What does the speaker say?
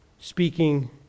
speaking